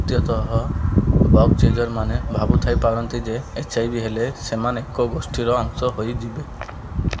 ତୃତୀୟତଃ ବଗ୍ଚେଜର୍ମାନେ ଭାବୁଥାଇପାରନ୍ତି ଯେ ଏଚ୍ ଆଇ ଭି ହେଲେ ସେମାନେ ଏକ ଗୋଷ୍ଠୀର ଅଂଶ ହୋଇଯିବେ